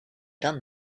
done